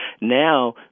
Now